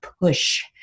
push